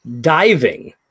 diving